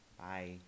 Bye